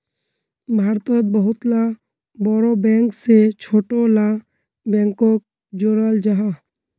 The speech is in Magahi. भारतोत बहुत ला बोड़ो बैंक से छोटो ला बैंकोक जोड़ाल जाहा